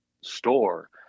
store